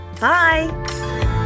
Bye